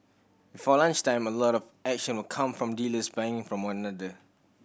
before lunchtime a lot of action will come from dealers buying from one another